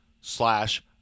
slash